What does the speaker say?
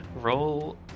Roll